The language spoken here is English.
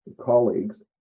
colleagues